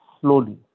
slowly